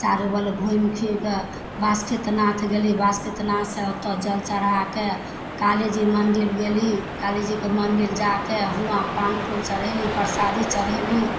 चारू बगल घुमिफिरिकऽ बासुकीनाथ गेली बासुकीनाथसँ ओतऽ जल चढ़ाके कालीजी मन्दिर गेली कालीजीके मन्दिर जाके हुआँ पान फूल चढ़ेली परसादी चढ़ेली